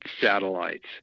satellites